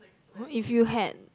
if you had